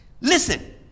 listen